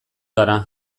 gara